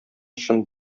чын